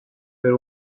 per